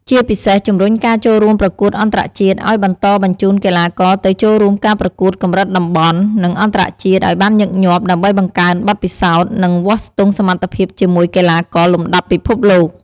ជាពិសេសជំរុញការចូលរួមប្រកួតអន្តរជាតិឲ្យបន្តបញ្ជូនកីឡាករទៅចូលរួមការប្រកួតកម្រិតតំបន់ និងអន្តរជាតិឱ្យបានញឹកញាប់ ដើម្បីបង្កើនបទពិសោធន៍ និងវាស់ស្ទង់សមត្ថភាពជាមួយកីឡាករលំដាប់ពិភពលោក។